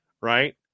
right